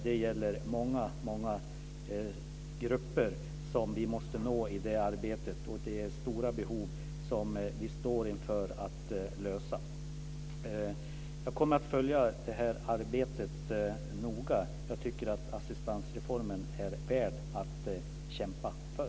Det är många grupper som vi måste nå i det arbetet. Det är stora behov som vi står inför att lösa. Jag kommer att följa arbetet noga. Jag tycker att assistansreformen är värd att kämpa för.